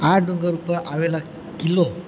આ ડુંગર પર આવેલો કિલ્લો